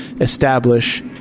establish